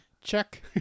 Check